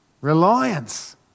Reliance